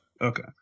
Okay